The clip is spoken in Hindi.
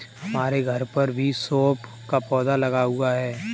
हमारे घर पर भी सौंफ का पौधा लगा हुआ है